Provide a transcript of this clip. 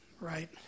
right